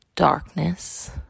darkness